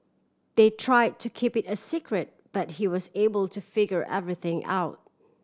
they try to keep it a secret but he was able to figure everything out